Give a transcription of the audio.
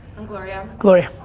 i'm gloria. gloria.